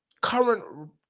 current